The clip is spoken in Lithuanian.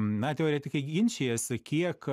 na teoretikai ginčijasi kiek